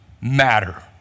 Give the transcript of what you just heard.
matter